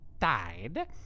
died